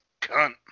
Cunt